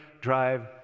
drive